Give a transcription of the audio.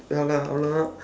ya lah !alamak!